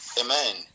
Amen